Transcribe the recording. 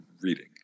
reading